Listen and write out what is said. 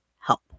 help